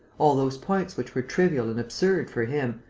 all those points which were trivial and absurd for him,